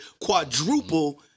quadruple